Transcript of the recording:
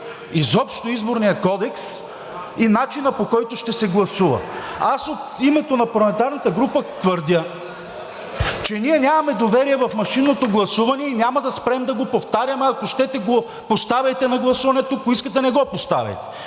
изобщо Изборният кодекс и начинът, по който ще се гласува. Аз от името на парламентарната група твърдя, че ние нямаме доверие в машинното гласуване, и няма да спрем да го повтаряме – ако щете, го поставяйте на гласуване тук, ако искате, не го поставяйте.